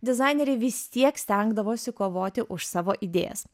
dizaineriai vis tiek stengdavosi kovoti už savo idėjas